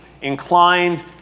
inclined